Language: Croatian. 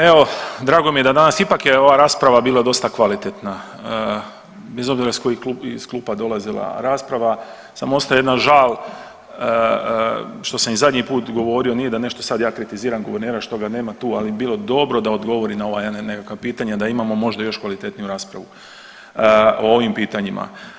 Evo drago mi je danas ipak je ova rasprava bila dosta kvalitetna bez obzira iz kojih klupa dolazila rasprava, samo ostaje jedna žal što sam i zadnji put govorio, nije da ja sad nešto kritiziram guvernera što ga nema tu, ali bilo dobro da odgovori na ova nekakva pitanja da imamo možda još kvalitetniju raspravu o ovim pitanjima.